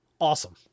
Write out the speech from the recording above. Awesome